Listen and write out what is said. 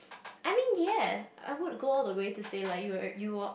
I mean yeah I would go all the say to say like you are~ you are~